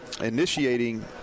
initiating